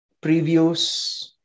previous